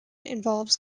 involves